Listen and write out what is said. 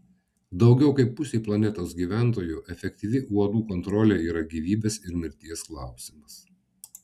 daugiau kaip pusei planetos gyventojų efektyvi uodų kontrolė yra gyvybės ir mirties klausimas